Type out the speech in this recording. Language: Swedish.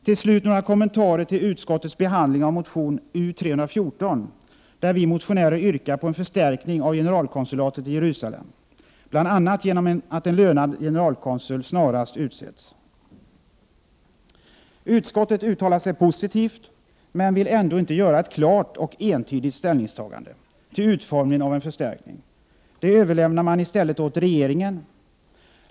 Till slut några kommentarer till utskottets behandling av motion U314, där vi motionärer yrkar på en förstärkning av generalkonsulatet i Jerusalem, bl.a. genom att en lönad generalkonsul snarast utses. Utskottet uttalar sig positivt, men vill ändå inte göra ett klart och entydigt ställningstagande till utformningen av en förstärkning. Det överlämnar man i stället åt regeringen.